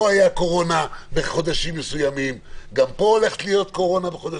כאן הייתה קורונה בחודשים מסוימים וכאן גם כן,